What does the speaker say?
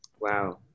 wow